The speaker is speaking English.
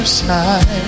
side